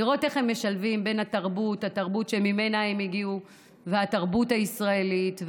לראות איך משלבים בין התרבות שממנה הם הגיעו לתרבות הישראלית.